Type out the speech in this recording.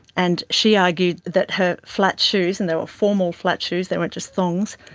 and she argued that her flat shoes, and they were formal flat shoes, they weren't just thongs,